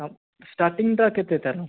ଷ୍ଟାର୍ଟଙ୍ଗିଟା କେତେ ତାର